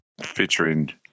featuring